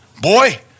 boy